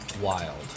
Wild